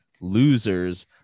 losers